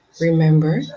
Remember